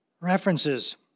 references